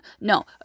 No